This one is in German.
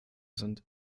sind